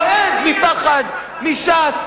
רועד מפחד מש"ס,